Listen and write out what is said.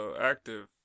Active